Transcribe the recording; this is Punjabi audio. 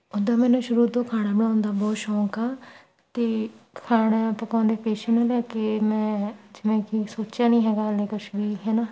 ਉੱਦਾਂ ਮੈਨੂੰ ਸ਼ੁਰੂ ਤੋਂ ਖਾਣਾ ਬਣਾਉਣ ਦਾ ਬਹੁਤ ਸ਼ੌਕ ਆ ਅਤੇ ਖਾਣਾ ਪਕਾਉਣ ਦੇ ਪੇਸ਼ੇ ਨੂੰ ਲੈ ਕੇ ਮੈਂ ਮੈਂ ਕੀ ਸੋਚਿਆ ਨਹੀਂ ਹੈਗਾ ਹਾਲੇ ਕੁਛ ਵੀ ਹੈ ਨਾ